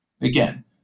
Again